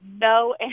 no